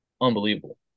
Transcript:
unbelievable